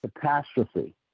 catastrophe